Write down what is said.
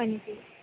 হয় নেকি